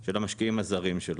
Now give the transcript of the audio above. של המשקיעים הזרים שלו.